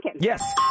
Yes